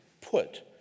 put